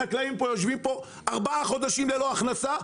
החקלאים פה יושבים ארבעה חודשים ללא הכנסה,